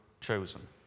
chosen